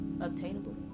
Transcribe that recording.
obtainable